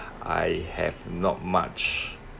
I have not much